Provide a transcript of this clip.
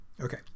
Okay